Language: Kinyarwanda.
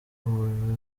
ubu